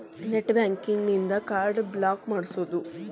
net banking ಇನ್ದಾ card block ಮಾಡ್ಸ್ಬೊದು